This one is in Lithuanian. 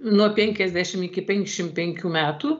nuo penkiasdešim iki penkšim penkių metų